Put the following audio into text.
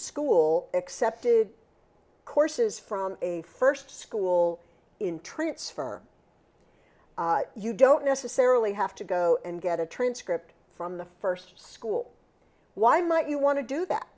school accepted courses from a first school in transfer you don't necessarily have to go and get a transcript from the first school why might you want to do that